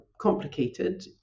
complicated